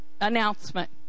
announcement